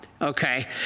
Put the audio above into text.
Okay